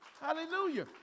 Hallelujah